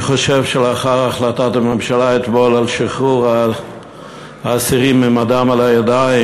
אני חושב שלאחר החלטת הממשלה אתמול על שחרור האסירים עם הדם על הידיים,